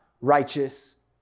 righteous